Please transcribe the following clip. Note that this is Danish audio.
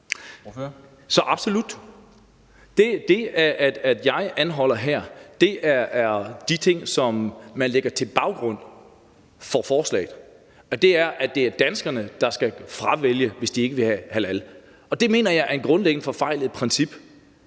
regne med. Det, jeg anholder her, er det, som man lægger til grund for forslaget, og det er, at det er danskerne, der skal fravælge, hvis de ikke vil have halalprodukter, og det mener jeg er et grundlæggende forfejlet princip.